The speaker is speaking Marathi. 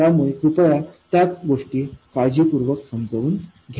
त्यामुळे कृपया त्या सर्व गोष्टी काळजीपूर्वक समजून घ्या